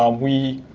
um we